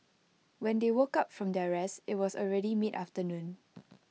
when they woke up from their rest IT was already mid afternoon